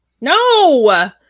No